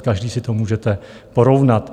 , každý si to můžete porovnat.